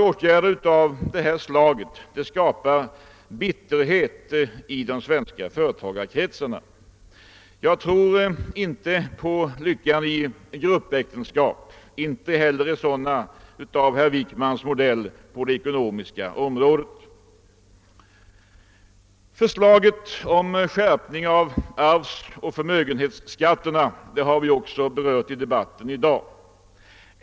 Åtgärder av detta slag skapar bitterhet 1 de svenska företagarkretsarna. Jag tror inte på lyckan i gruppäktenskap, inte heller i sådana av herr Wickmans modell på det ekonomiska området. Förslaget om skärpning av arvsoch förmögenhetsskatterna har vi också berört i dagens debatt.